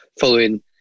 following